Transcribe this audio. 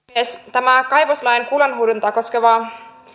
tämä kaivoslain kullanhuuhdontaa koskeva